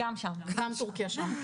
גם טורקיה שם.